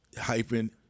hyphen